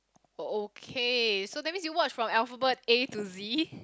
oh okay so that means you watch from alphabet A to Z